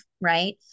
right